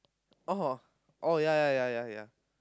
oh oh ya ya ya ya ya